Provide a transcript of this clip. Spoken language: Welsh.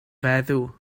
feddw